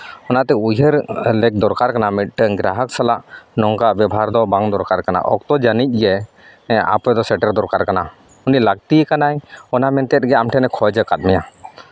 ᱚᱱᱟᱛᱮ ᱩᱭᱦᱟᱹᱨ ᱞᱮᱠ ᱫᱚᱨᱠᱟᱨ ᱠᱟᱱᱟ ᱢᱤᱫᱴᱮᱱ ᱜᱨᱟᱦᱚᱠ ᱥᱟᱞᱟᱜ ᱱᱚᱝᱠᱟ ᱵᱮᱵᱚᱦᱟᱨ ᱫᱚ ᱵᱟᱝ ᱫᱚᱨᱠᱟᱨ ᱠᱟᱱᱟ ᱚᱠᱛᱚ ᱡᱟᱹᱱᱤᱡ ᱜᱮ ᱟᱯᱮ ᱫᱚ ᱥᱮᱴᱮᱨ ᱫᱚᱠᱟᱨ ᱠᱟᱱᱟ ᱩᱱᱤ ᱞᱟᱹᱠᱛᱤᱭ ᱠᱟᱱᱟᱭ ᱚᱱᱟ ᱢᱮᱱᱛᱮᱫ ᱜᱮ ᱟᱢ ᱴᱷᱮᱱᱮ ᱠᱷᱚᱡᱽ ᱟᱠᱟᱫ ᱢᱮᱭᱟ